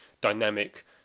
dynamic